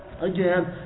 again